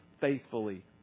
faithfully